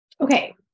Okay